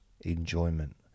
enjoyment